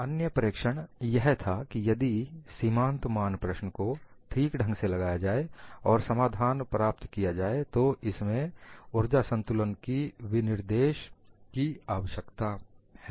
अन्य प्रेक्षण यह था कि यदि सीमांत मान प्रश्न को ठीक ढंग से लगाया जाए और समाधान प्राप्त किया जाए तो इसमें ऊर्जा संतुलन की विनिर्देश की आवश्यकता है